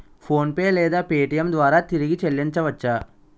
PhonePe లేదా Paytm ద్వారా తిరిగి చల్లించవచ్చ?